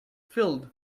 filled